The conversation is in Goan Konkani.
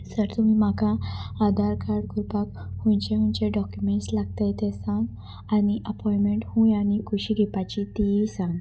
सर तुमी म्हाका आधार कार्ड कररपाक खुंयचे खुंयचे डॉक्युमेंट्स लागताय ते सांग आनी अपोयमेंट खंय आनी कशी घेवपाची तीय सांग